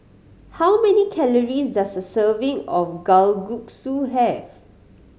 how many calories does a serving of Kalguksu have